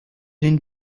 den